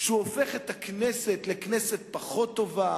שהופך את הכנסת לכנסת פחות טובה.